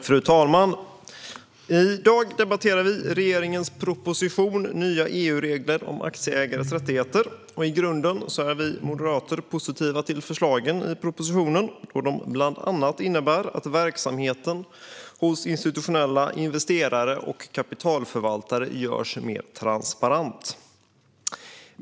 Fru talman! I dag debatterar vi regeringens proposition Nya EU-regler om aktieägares rättigheter . I grunden är vi moderater positiva till förslagen i propositionen då de bland annat innebär att verksamheten hos institutionella investerare och kapitalförvaltare görs mer transparent.